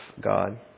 God